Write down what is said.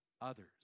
others